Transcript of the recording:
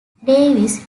davis